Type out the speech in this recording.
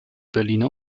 berliner